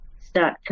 start